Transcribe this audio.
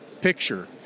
picture